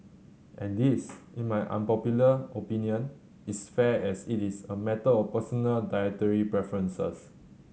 and this in my unpopular opinion is fair as it is a matter of personal dietary preferences